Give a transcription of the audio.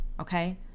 okay